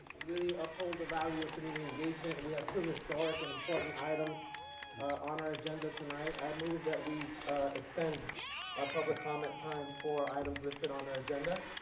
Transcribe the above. really uphold the value of community engagement and we have two historic and important items on our agenda tonight, i move that we extend our public comment time for items listed on our agenda.